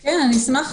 אני אשמח.